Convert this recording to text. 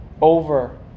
Over